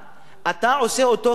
אתה עושה אותו כחפץ,